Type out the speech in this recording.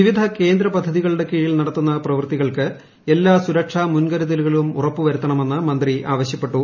വിവിധ കേന്ദ്ര പദ്ധതികളുടെ കീഴിൽ നടത്തുന്ന പ്രവൃത്തികൾക്ക് എല്ലാ സുരക്ഷാ മുൻകരുതലുകളും ഉറപ്പുവരുത്തണമെന്ന് മന്ത്രി ആവശ്യപ്പെട്ടു